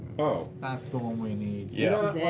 ah that's the one we need, yeah